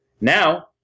Now